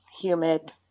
humid